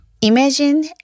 Imagine